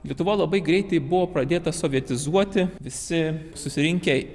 lietuva labai greitai buvo pradėta sovietizuoti visi susirinkę